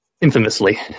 Infamously